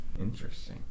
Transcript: Interesting